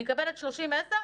אני מקבלת 3010,